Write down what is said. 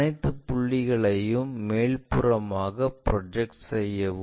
அனைத்து புள்ளிகளையும் மேல்புறமாக ப்ரொஜெக்ட் செய்யவும்